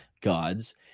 gods